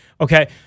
Okay